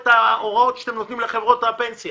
את ההוראות שאתם נותנים לחברות הפנסיה